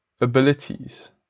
abilities